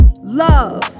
love